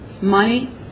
Money